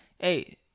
hey